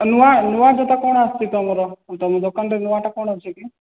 ନୂଆ ନୂଆ ଜୋତା କ'ଣ ଆସୁଛି ତମର ତମ ଦୋକାନରେ ନୂଆଟା କ'ଣ ଅଛି କି